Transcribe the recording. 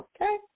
Okay